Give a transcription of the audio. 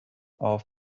auf